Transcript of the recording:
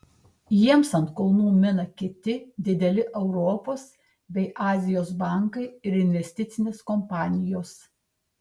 jiems ant kulnų mina kiti dideli europos bei azijos bankai ir investicinės kompanijos